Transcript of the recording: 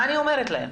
מה אני אומרת להם?